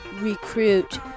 recruit